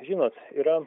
žinot yra